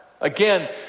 Again